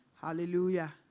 hallelujah